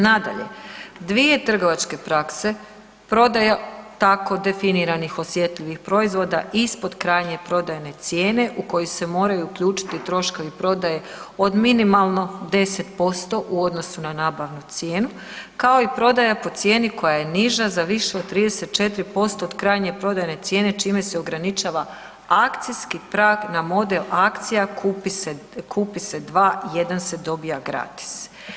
Nadalje, dvije trgovačke prakse, prodaja tako definiranih osjetljivih proizvoda ispod krajnje prodajne cijene u koju se moraju uključiti troškove prodaje od minimalno 10% u odnosu na nabavnu cijenu kao i prodaja po cijeni koja je niža za više od 34% od krajnje prodajne cijene čime se ograničava akcijski prag na model akcija kupi se dva, jedan se dobiva gratis.